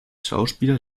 schauspieler